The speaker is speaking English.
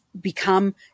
become